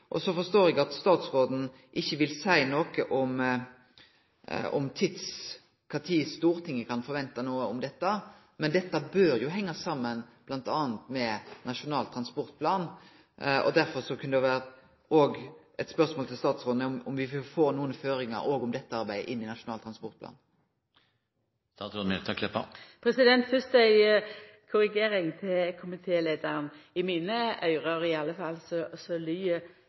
Så forstår eg at statsråden ikkje vil seie noko om kva tid Stortinget kan forvente noko om dette, men dette bør henge saman med bl.a. Nasjonal transportplan, og derfor kunne det òg vere eit spørsmål til statsråden om me vil få nokre føringar om dette arbeidet inn i Nasjonal transportplan. Fyrst ei korrigering til komitéleiaren: I mine øyre i alle fall